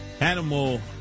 animal